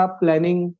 planning